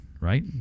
right